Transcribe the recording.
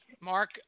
Mark